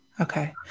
Okay